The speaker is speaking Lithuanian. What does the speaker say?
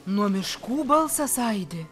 nuo miškų balsas aidi